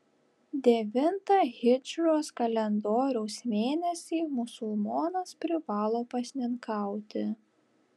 devintą hidžros kalendoriaus mėnesį musulmonas privalo pasninkauti